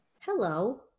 Hello